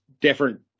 different